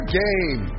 game